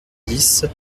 dix